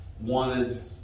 wanted